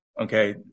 Okay